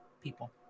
people